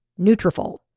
Nutrafol